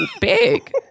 big